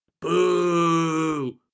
Boo